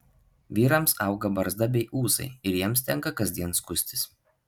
vyrams auga barzda bei ūsai ir jiems tenka kasdien skustis